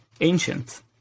ancient